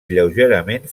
lleugerament